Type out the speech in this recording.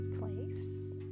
place